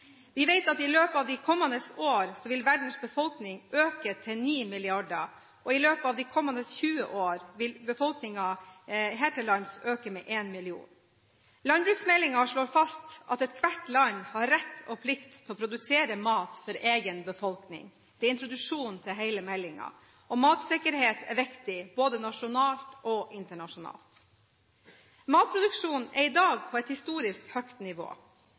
Vi vet at i løpet av de kommende årene vil verdens befolkning øke til ni milliarder, og i løpet av de kommende 20 år vil befolkningen her til lands øke med en million. Landbruksmeldingen slår fast at ethvert land har rett og plikt til å produsere mat for egen befolkning. Det er introduksjonen til hele meldingen. Matsikkerhet er viktig – både nasjonalt og internasjonalt. Matproduksjonen er i dag på et historisk høyt nivå.